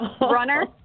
Runner